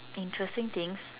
interesting things